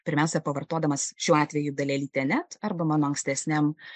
pirmiausia pavartodamas šiuo atveju dalelytę net arba mano ankstesniam